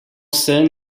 scène